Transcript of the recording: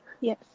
Yes